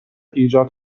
ایجاد